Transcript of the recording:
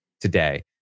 today